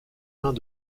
mains